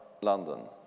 London